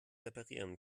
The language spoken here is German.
reparieren